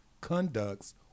conducts